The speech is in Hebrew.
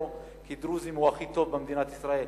כדרוזים הוא הכי טוב במדינת ישראל.